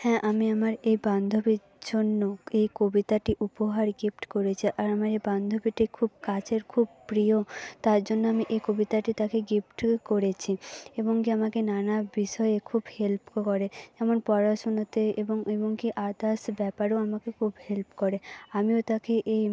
হ্যাঁ আমি আমার এই বান্ধবীর জন্য এই কবিতাটি উপহার গিফট করেছি আর আমার এই বান্ধবীটি খুব কাছের খুব প্রিয় তার জন্য আমি এই কবিতাটি তাকে গিফট করেছি এমনকি আমাকে নানা বিষয়ে খুব হেল্পও করে যেমন পড়াশোনাতে এবং এবং কী আদার্স ব্যাপারেও আমাকে খুব হেল্প করে আমিও তাকে এই